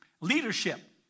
Leadership